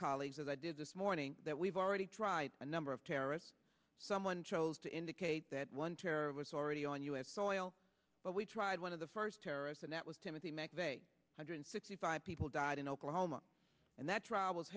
colleagues as i did this morning that we've already tried a number of terrorists someone chose to indicate that one terror was already on u s soil but we tried one of the first terrorists and that was timothy mcveigh hundred sixty five people died in oklahoma and that trial was